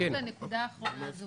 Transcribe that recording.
רק לנקודה האחרונה הזו.